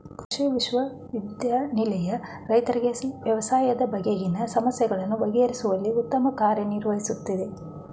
ಕೃಷಿ ವಿಶ್ವವಿದ್ಯಾನಿಲಯ ರೈತರಿಗೆ ವ್ಯವಸಾಯದ ಬಗೆಗಿನ ಸಮಸ್ಯೆಗಳನ್ನು ಬಗೆಹರಿಸುವಲ್ಲಿ ಉತ್ತಮ ಕಾರ್ಯ ನಿರ್ವಹಿಸುತ್ತಿದೆ